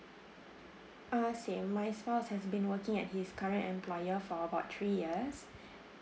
uh same my spouse has been working at his current employer for about three years